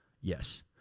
Yes